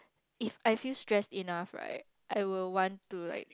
if I feel stressed enough right I will want to like